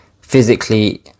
physically